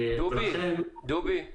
דובי,